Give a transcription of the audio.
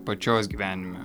pačios gyvenime